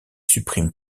supprime